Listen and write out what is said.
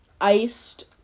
iced